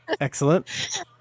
Excellent